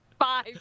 five